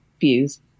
views